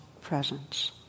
presence